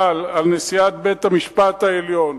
נשיאת בית-המשפט העליון,